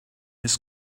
his